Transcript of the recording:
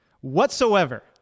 whatsoever